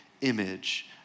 image